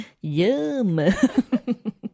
Yum